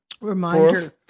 Reminder